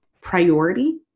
priority